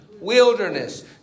Wilderness